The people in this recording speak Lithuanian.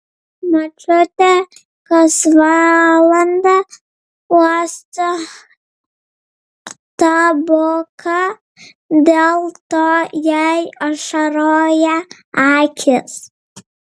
močiutė kas valandą uosto taboką dėl to jai ašaroja akys